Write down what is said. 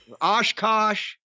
Oshkosh